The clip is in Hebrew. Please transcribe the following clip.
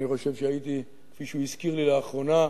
אני חושב שהייתי, כפי שהוא הזכיר לי לאחרונה,